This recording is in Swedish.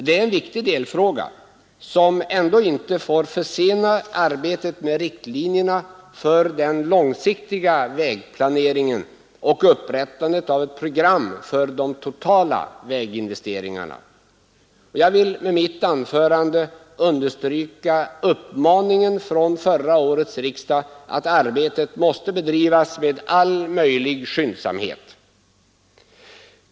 Det är en viktig delfråga som emellertid inte får försena arbetet med riktlinjerna för den långsiktiga vägplaneringen och upprättandet av ett program för de totala väginvesteringarna. Jag vill med mitt anförande understryka uppmaningen från förra årets riksdag, att arbetet måste bedrivas med all möjlig skyndsamhet.